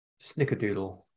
snickerdoodle